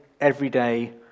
everyday